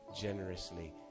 generously